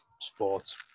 sports